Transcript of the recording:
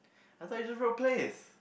I thought you just wrote Plath